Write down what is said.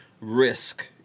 risk